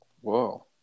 whoa